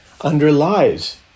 underlies